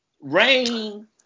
rain